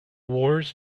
wars